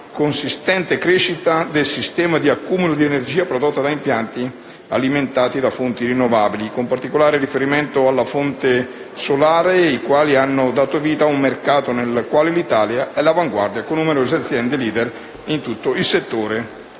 consistente crescita dei sistemi di accumulo di energia prodotta da impianti alimentati da fonti rinnovabili, con particolare riferimento alla fonte solare, i quali hanno dato vita ad un mercato nel quale l'Italia è all'avanguardia con numerose aziende *leader* a livello